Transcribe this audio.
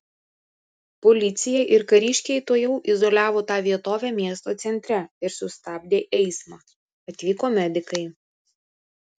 policija ir kariškiai tuojau izoliavo tą vietovę miesto centre ir sustabdė eismą atvyko medikai